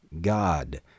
God